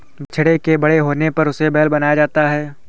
बछड़े के बड़े होने पर उसे बैल बनाया जाता है